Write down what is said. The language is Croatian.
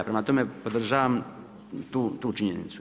Prema tome, podržavam tu činjenicu.